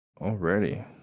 already